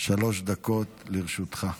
שלוש דקות לרשותך.